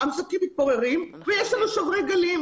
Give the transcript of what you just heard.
המצוקים מתפוררים ויש לנו שוברי גלים.